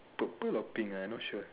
purple or pink ah I not sure